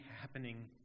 happening